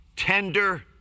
tender